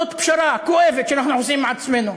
זאת פשרה כואבת שאנחנו עושים עם עצמנו.